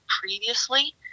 previously